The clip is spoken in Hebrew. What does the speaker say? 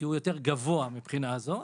כי הוא יותר גבוה מהבחינה הזו.